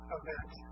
event